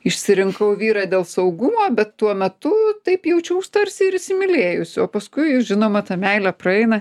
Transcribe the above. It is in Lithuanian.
išsirinkau vyrą dėl saugumo bet tuo metu taip jaučiaus tarsi ir įsimylėjusi o paskui žinoma ta meilė praeina